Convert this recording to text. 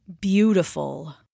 beautiful